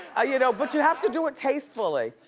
you know but you have to do it tastefully,